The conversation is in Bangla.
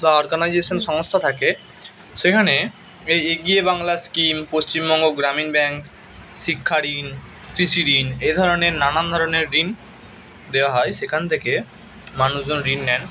বা অর্গানাইজেশন সংস্থা থাকে সেখানে এই এগিয়ে বাংলা স্কিম পশ্চিমবঙ্গ গ্রামীণ ব্যাঙ্ক শিক্ষা ঋণ কৃষি ঋণ এধরনের নানান ধরনের ঋণ দেওয়া হয় সেখান থেকে মানুষজন ঋণ নেন